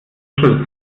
büschel